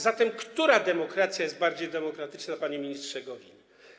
Zatem która demokracja jest bardziej demokratyczna, panie ministrze Gowin?